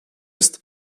ist